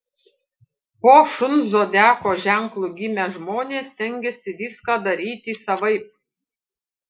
po šuns zodiako ženklu gimę žmonės stengiasi viską daryti savaip